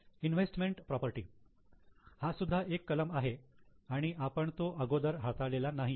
investment property हा सुद्धा एक कलम आहे आणि आपण तो अगोदर हाताळलेला नाहीये